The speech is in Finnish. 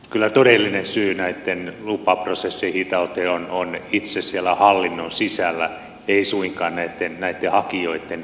kyllä todellinen syy näitten lupaprosessien hitauteen on siellä itse hallinnon sisällä ei suinkaan näitten hakijoitten lupapapereissa